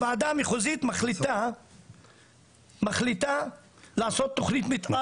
הוועדה המחוזית מחליטה לעשות תכנית מתאר